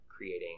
Creating